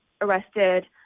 arrested